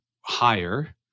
higher